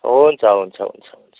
हुन्छ हुन्छ हुन्छ